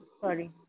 Sorry